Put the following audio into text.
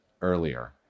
earlier